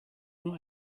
not